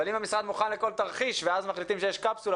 אבל אם המשרד מוכן לכל תרחיש ואז מחליטים שיהיו קפסולות